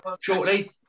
shortly